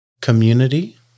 Community